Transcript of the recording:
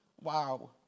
Wow